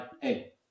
hey